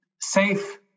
safe